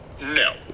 no